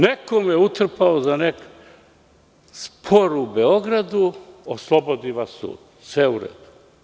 Neko me je utrpao za neki spor u Beogradu, oslobodi vas sud.